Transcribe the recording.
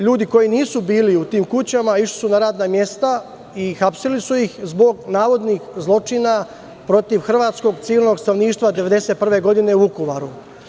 Ljudi koji nisu bili u tim kućama, išli su na radna mesta, hapsili su ih zbog navodnih zločina protiv hrvatskog civilnog stanovništva 1991. godine u Vukovaru.